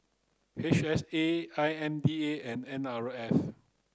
H S A I M D A and N R F